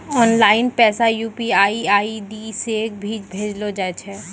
online पैसा UPI ID से भी भेजलो जाय छै